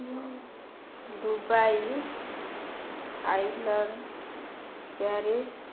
Dubai Thailand Paris